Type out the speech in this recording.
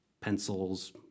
pencils